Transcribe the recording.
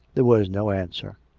there was no answer.